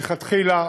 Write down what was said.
מלכתחילה